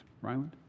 Ryland